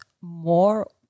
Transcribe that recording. more